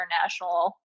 international